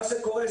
מה שקורה,